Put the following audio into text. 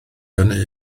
hynny